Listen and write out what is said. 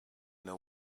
know